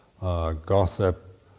gossip